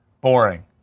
Boring